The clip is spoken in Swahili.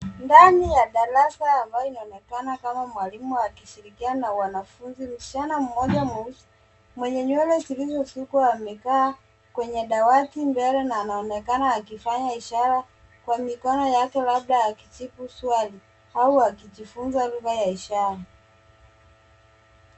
Ndani ya darasa ambayo inaonekana kama mwalimu akishirikiana na wanafunzi. Msichana mmoja mweusi, mwenye nywele zilizosukwa amekaa kwenye dawati mbele na anaonekana akifanya ishara, kwa mikono yake labda akijibu swali au akijifunza lugha ya ishara.